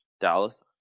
Dallas